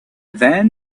then